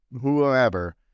whoever